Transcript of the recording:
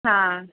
हां